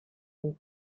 une